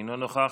אינו נוכח.